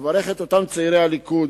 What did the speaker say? לברך את אותם צעירי הליכוד